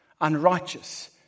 Unrighteous